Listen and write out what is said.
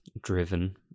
driven